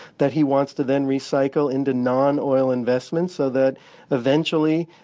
that he wants to then recycle into non-oil investments so that eventually,